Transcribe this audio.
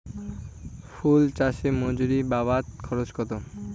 ফুল চাষে মজুরি বাবদ খরচ কত?